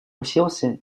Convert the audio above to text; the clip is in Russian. уселся